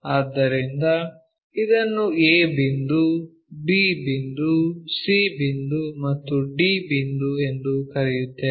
ಆದ್ದರಿಂದ ಇದನ್ನು a ಬಿಂದು b ಬಿಂದು c ಬಿಂದು ಮತ್ತು d ಬಿಂದು ಎಂದು ಕರೆಯುತ್ತೇವೆ